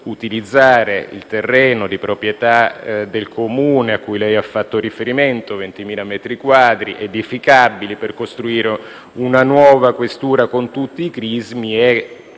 utilizzare il terreno di proprietà del Comune cui lei ha fatto riferimento - 20.000 metri quadri edificabili - per costruire una nuova questura con tutti i crismi e,